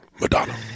madonna